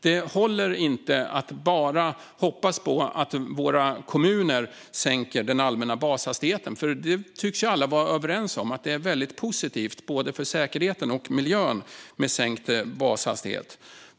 Det håller inte att bara hoppas på att våra kommuner sänker den allmänna bashastigheten. Vi tycks ju alla vara överens om att det är positivt för både säkerhet och miljö med sänkt bashastighet.